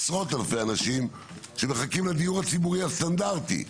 עשרות אלפי אנשים שמחכים לדיור הציבורי הסטנדרטי,